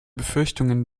befürchtungen